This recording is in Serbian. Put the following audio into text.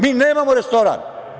Mi nemamo restoran.